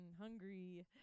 hungry